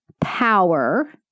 power